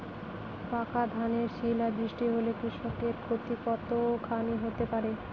পাকা ধানে শিলা বৃষ্টি হলে কৃষকের ক্ষতি কতখানি হতে পারে?